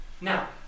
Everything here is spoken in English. Now